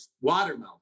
watermelon